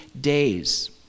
days